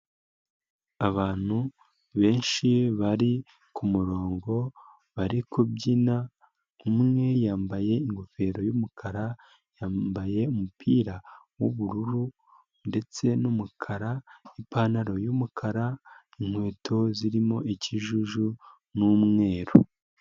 Abantu benshi bari ku murongo bari kubyina umwe yambaye ingofero y'umukara, yambaye umupira w'ubururu ndetse n'umukara, ipantaro y'umukara, inkweto zirimo ikijuju n'umweru.